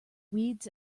weeds